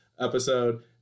episode